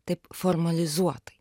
taip formalizuotai